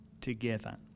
together